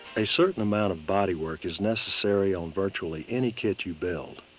a certain amount of bodywork is necessary on virtually any kit you build.